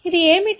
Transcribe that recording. అది ఏమిటి